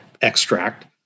extract